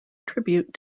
tribute